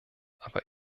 aber